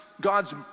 God's